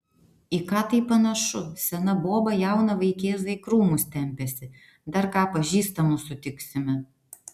į ką tai panašu sena boba jauną vaikėzą į krūmus tempiasi dar ką pažįstamų sutiksime